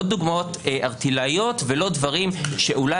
לא דוגמאות ערטילאיות ולא דברים שאולי